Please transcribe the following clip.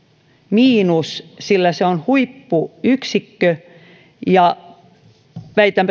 miinus sillä se on huippuyksikkö ja väitän